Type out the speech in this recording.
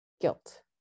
guilt